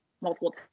multiple